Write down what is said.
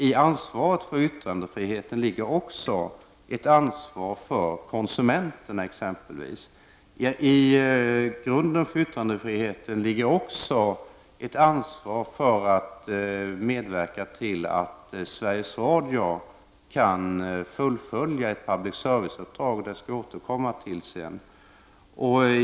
I yttrandefriheten ligger också ett ansvar för konsumenterna, och ett ansvar för att medverka till att Sveriges Radio kan fullfölja ett public service-uppdrag. Detta skall jag återkomma till senare.